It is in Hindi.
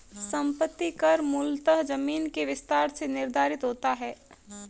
संपत्ति कर मूलतः जमीन के विस्तार से निर्धारित होता है